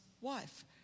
wife